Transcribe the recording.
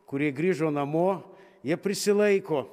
kurie grįžo namo jie prisilaiko